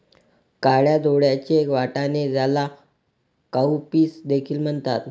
काळ्या डोळ्यांचे वाटाणे, ज्याला काउपीस देखील म्हणतात